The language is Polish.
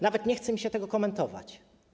Nawet nie chce mi się tego komentować.